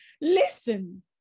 listen